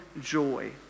joy